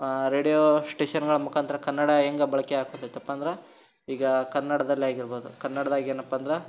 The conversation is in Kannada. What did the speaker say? ರೇಡಿಯೋ ಸ್ಟೇಷನ್ಗಳ ಮುಖಾಂತ್ರ ಕನ್ನಡ ಹೇಗೆ ಬಳಕೆ ಆಗಾಕತ್ತಿದೆಯಪ್ಪ ಅಂದ್ರೆ ಈಗ ಕನ್ನಡದಲ್ಲಿ ಆಗಿರ್ಬೋದು ಕನ್ನಡ್ದಲ್ಲಿ ಏನಪ್ಪ ಅಂದ್ರೆ